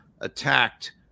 attacked